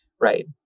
Right